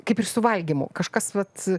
kaip ir su valgymu kažkas vat